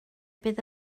bydd